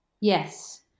Yes